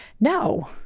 No